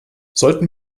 sollten